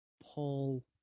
Paul